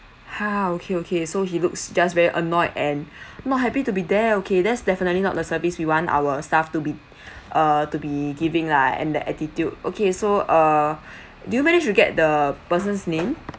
ha okay okay so he looks just very annoyed and not happy to be there okay that's definitely not the service we want our staff to be err to be giving lah and that attitude okay so err did you managed to get the person's name